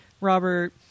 Robert